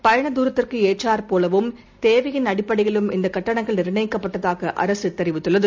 பயணதாரத்திற்குஏற்றாற் தேவையின் அடப்படையிலும் இந்தகட்டணங்கள் நிர்ணயிக்கப்பட்டதாகஅரசுதெரிவித்துள்ளது